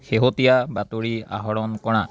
শেহতীয়া বাতৰি আহৰণ কৰা